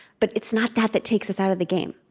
but it's not that that takes us out of the game.